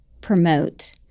promote